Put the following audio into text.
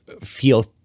feel